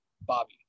Bobby